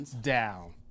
down